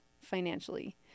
financially